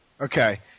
Okay